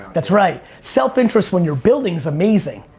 that's right. self interest when you're building is amazing.